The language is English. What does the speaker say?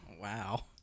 Wow